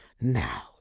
now